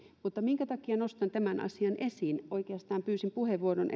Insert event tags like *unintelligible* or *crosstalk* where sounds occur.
mutta minkä takia nostan tämän asian esiin oikeastaan pyysin puheenvuoron *unintelligible*